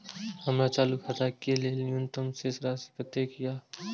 हमर चालू खाता के लेल न्यूनतम शेष राशि कतेक या?